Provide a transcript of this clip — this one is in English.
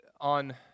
On